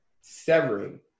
severing